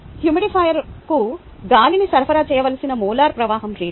హ్యూమిడిఫైయర్కు గాలిని సరఫరా చేయవలసిన మోలార్ ప్రవాహం రేటు